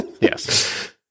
yes